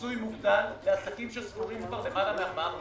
לפיצוי מוגדל לעסקים שסגורים למעלה מארבעה חודשים.